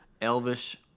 elvish